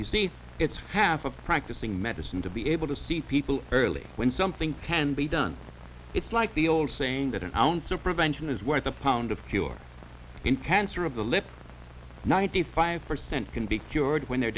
you see it's half of practicing medicine to be able to see people early when something can be done it's like the old saying that an ounce of prevention is worth a pound of cure in cancer of the lip ninety five percent can be cured when they're